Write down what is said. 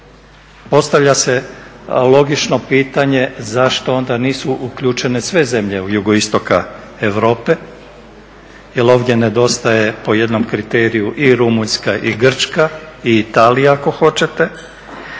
Postavlja se logično pitanje, zašto nisu onda uključene sve zemlje Jugoistoka Europe jel ovdje nedostaje po jednom kriteriju i Rumunjska i Grčka i Italija ako hoćete,